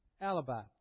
alibi